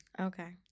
Okay